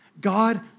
God